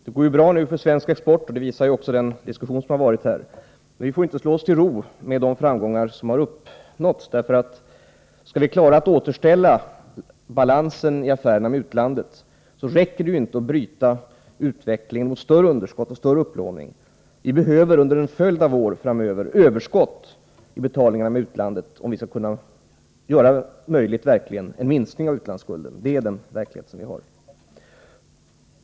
Herr talman! Det går nu bra för svensk exportindustri, vilket även den diskussion visar som pågått här. Men vi får inte slå oss till ro efter de framgångar vi haft. För att vi skall kunna återställa balansen i affärerna med utlandet räcker det ju inte att bara bryta den utveckling mot större underskott och en större upplåning som varit. Under en följd av år behöver vi ett överskott i betalningarna med utlandet, om vi verkligen skall möjliggöra en minskning av utlandsskulden. Det är den verklighet vi lever i.